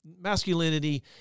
masculinity